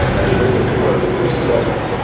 and they're moving towards it, they're successful.